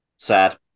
sad